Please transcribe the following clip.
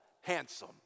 handsome